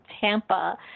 Tampa